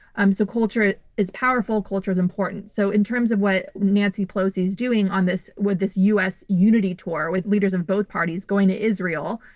um so, culture is powerful. culture is important. so, in terms of what nancy pelosi's doing on this, with this us unity tour with leaders of both parties going to israel.